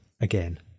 again